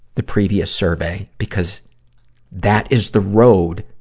the previous survey, because that is the road